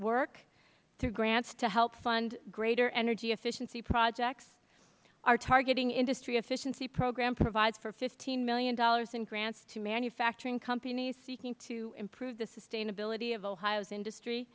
work through grants to help fund greater energy efficiency projects our targeting industry efficiency program provides for fifteen dollars million in grants to manufacturing companies seeking to improve the sustainability of ohio's industry